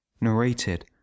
Narrated